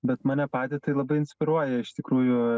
bet mane patį tai labai inspiruoja iš tikrųjų